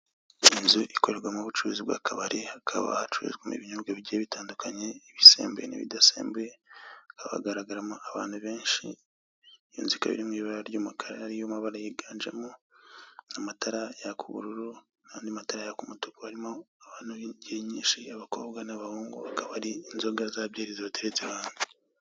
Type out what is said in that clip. Inzu ikorerwamo ubucuruzi bw'akabari hakaba hacuruzwamo ibinyobwa bigiye bitandukanye, ibisembuye n'ibidasembuye hagaragaramo abantu benshi inzu ikaba iri mu ibara ry'umukara ariyo mabara yiganjemo, amatara yaka ubururu n'andi matara yaka umutuku, harimo abantu b'ingeri nyinshi harimo abakobwa n'abahungu hakaba hari inzoga za byri zibateretse ahantu.